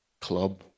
club